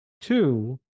Two